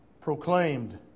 proclaimed